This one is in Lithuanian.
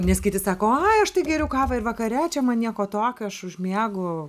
nes kiti sako ai aš tai geriu kavą ir vakare čia man nieko tokio aš užmiegu